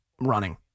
running